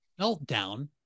Meltdown